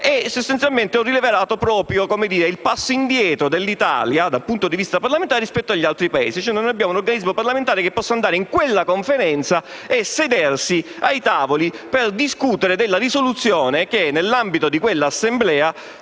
spazio, e ho rilevato un passo indietro dell'Italia dal punto di vista parlamentare rispetto agli altri Paesi: non abbiamo un organismo parlamentare che possa presentarsi in quella Conferenza e sedersi ai tavoli per discutere della risoluzione che, nell'ambito di quell'assemblea,